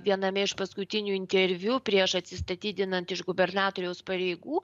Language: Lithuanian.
viename iš paskutinių interviu prieš atsistatydinant iš gubernatoriaus pareigų